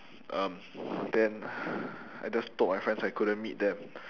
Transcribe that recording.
um then I just told my friends I couldn't meet them